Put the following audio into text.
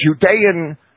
Judean